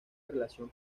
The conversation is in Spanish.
relación